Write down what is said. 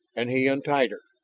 and he untied her.